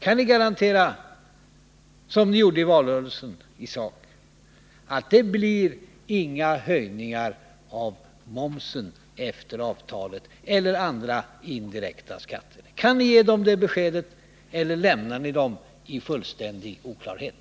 Kan ni garantera, som de borgerliga i sak gjorde i valrörelsen, att det efter avtalet inte blir några höjningar av momsen eller av andra indirekta skatter? Kan ni ge löntagarna det beskedet, eller lämnar ni dem i fullständig oklarhet?